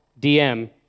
DM